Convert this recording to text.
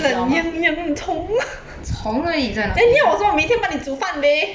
虫而已在那边当然